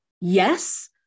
Yes